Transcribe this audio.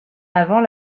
avant